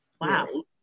Wow